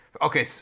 Okay